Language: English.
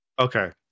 okay